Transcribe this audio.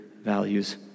values